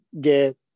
get